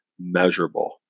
measurable